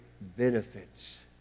benefits